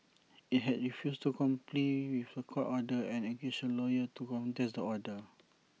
IT had refused to comply with The Court order and engaged A lawyer to contest the order